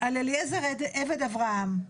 על אליעזר עבד אברהם.